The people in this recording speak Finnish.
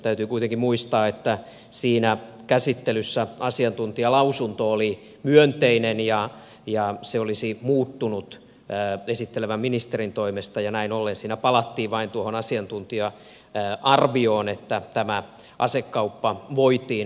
täytyy kuitenkin muistaa että siinä käsittelyssä asiantuntijalausunto oli myönteinen ja se olisi muuttunut esittelevän ministerin toimesta ja näin ollen siinä palattiin vain tuohon asiantuntija arvioon että tämä asekauppa voitiin toteuttaa